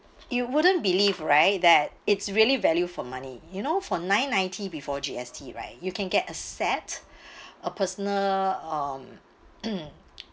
you wouldn't believe right that it's really value for money you know for nine ninety before G_S_T right you can get a set a personal um mm